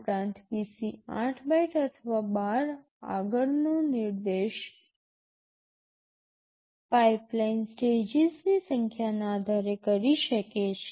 ઉપરાંત PC ૮ byte અથવા ૧૨ આગળનો નિર્દેશ પાઇપલાઇન સ્ટેજીસની સંખ્યાના આધારે કરી શકે છે